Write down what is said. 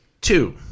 two